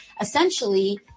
Essentially